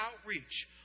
outreach